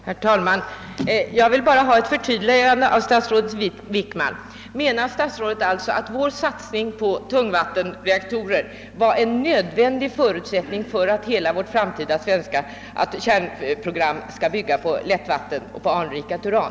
Herr talman! Jag vill bara ha ett förtydligande av statsrådet Wickman. Menar statsrådet alltså att vår satsning på tungvattenreaktorer var en nödvändig förutsättning för att hela vårt framtida svenska kärnkraftprogram skall bygga på lättvatten och anrikat uran?